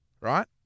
Right